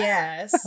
Yes